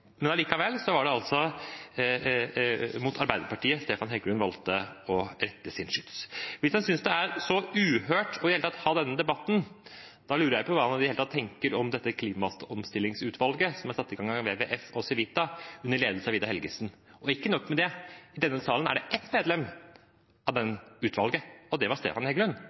Allikevel var det mot Arbeiderpartiet Stefan Heggelund valgte å rette sitt skyts. Hvis han synes det er så uhørt i det hele tatt å ha denne debatten, lurer jeg på hva han tenker om dette klimaomstillingsutvalget som er satt i gang av bl.a. WWF og Civita, under ledelse av Vidar Helgesen. Ikke nok med det: I denne salen er det ett medlem av det utvalget, og det er Stefan Heggelund.